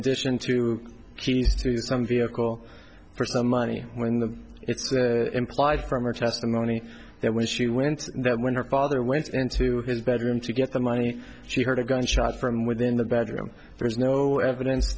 addition to keys to some vehicle for some money when the it's implied from our testimony that when she went there when her father went into his bedroom to get the money she heard a gunshot from within the bathroom there is no evidence